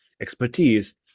expertise